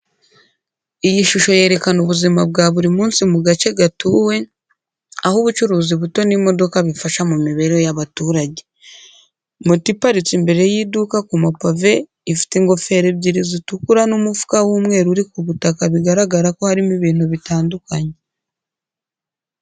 Iyi shusho yerekana ubuzima bwa buri munsi mu gace gatuwe, aho ubucuruzi buto n’imodoka bifasha mu mibereho y’abaturage. Moto iparitse imbere y'iduka ku mapave, ifite ingofero ebyiri zitukura n’umufuka w'umweru uri ku butaka bigaragara ko harimo ibintu bitandukanye.